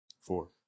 four